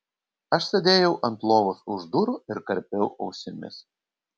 aš sėdėjau ant lovos už durų ir karpiau ausimis